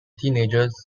teenagers